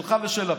שלך ושל לפיד.